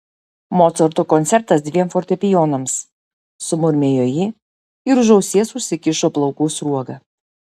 mocarto koncertas dviem fortepijonams sumurmėjo ji ir už ausies užsikišo plaukų sruogą